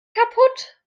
kaputt